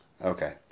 Okay